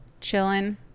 chilling